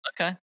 okay